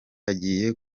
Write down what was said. agiye